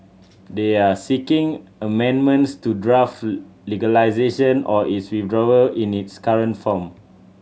they are seeking amendments to draft legislation or its withdrawal in its current form